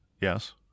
Yes